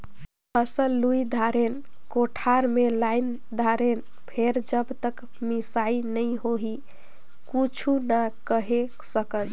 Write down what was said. फसल लुई दारेन, कोठार मे लायन दारेन फेर जब तक मिसई नइ होही कुछु नइ केहे सकन